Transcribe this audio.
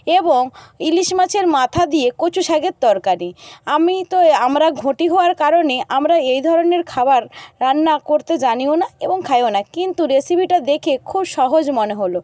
এবং ইলিশ মাছের মাথা দিয়ে কচু শাকের তরকারি আমি তো আমরা ঘটি হওয়ার কারণে আমরা এই ধরনের খাবার রান্না করতে জানিও না এবং খাইও না কিন্তু রেসিপিটা দেখে খুব সহজ মনে হল